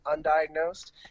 undiagnosed